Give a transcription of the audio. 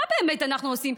מה באמת אנחנו עושים?